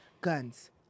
guns